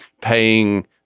paying